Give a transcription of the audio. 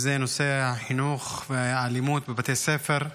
וזה נושא החינוך והאלימות בבתי ספר.